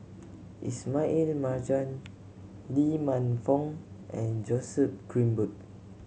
Ismail Marjan Lee Man Fong and Joseph Grimberg